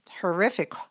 horrific